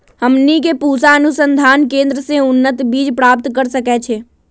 हमनी के पूसा अनुसंधान केंद्र से उन्नत बीज प्राप्त कर सकैछे?